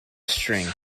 string